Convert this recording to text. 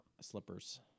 slippers